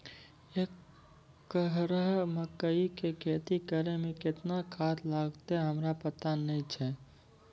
एक एकरऽ मकई के खेती करै मे केतना खाद लागतै हमरा पता नैय छै?